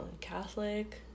catholic